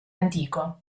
antico